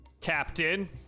Captain